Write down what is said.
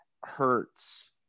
hurts